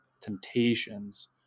temptations